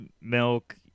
milk